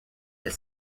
elle